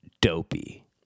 dopey